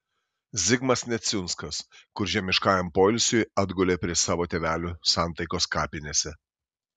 zigmas neciunskas kur žemiškajam poilsiui atgulė prie savo tėvelių santaikos kapinėse